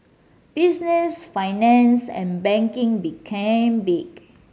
business finance and banking became big